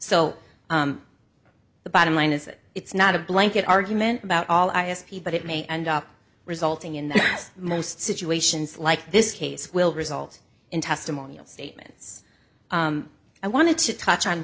so the bottom line is that it's not a blanket argument about all i espied but it may end up resulting in most situations like this case will result in testimonial statements i wanted to touch on